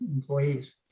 employees